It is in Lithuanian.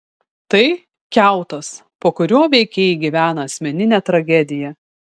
tai kiautas po kuriuo veikėjai gyvena asmeninę tragediją